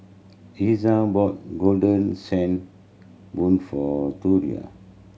Iza bought Golden Sand Bun for Torrie